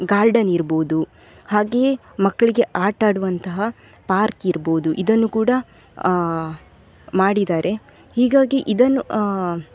garden ಇರ್ಬೋದು ಹಾಗೆಯೇ ಮಕ್ಕಳಿಗೆ ಆಟಾಡುವಂತಹ ಪಾರ್ಕ್ ಇರ್ಬೋದು ಇದನ್ನು ಕೂಡ ಮಾಡಿದ್ದಾರೆ ಹೀಗಾಗಿ ಇದನ್ನು